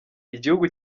igihugu